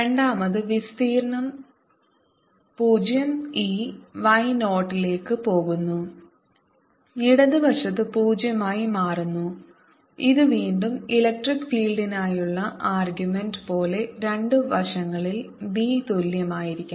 രണ്ടാമത് വിസ്തീർണ്ണം 0 ഈ y 0 ലേക്ക് പോകുന്നു ഇടത് വശത്ത് പൂജ്യമായി മാറുന്നു ഇത് വീണ്ടും ഇലക്ട്രിക് ഫീൽഡിനായുള്ള ആർഗ്യുമെൻറ് പോലെ രണ്ട് വശങ്ങളിൽ b തുല്യമായിരിക്കണം